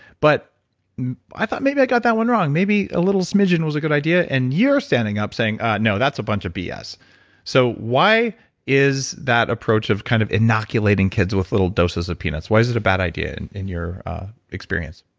but i thought maybe i got that one wrong. maybe a little smidgen was a good idea, and you're standing up saying, ah, no, that's a bunch of bs. so why is that approach of kind of inoculating kids with little doses of peanuts, why is it a bad idea and in your experience?